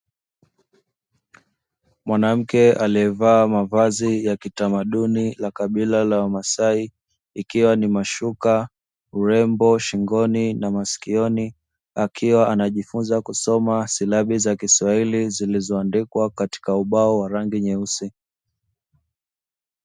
Mwanamke aliyevaa mavazi ya kitamaduni la kabila la wamasai, ikiwa ni mashuka urembo shingoni na masikioni, akiwa anajifunza kusoma silabi za kiswahili zilizoandikwa katika ubao wa rangi nyeusi.